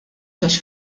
għax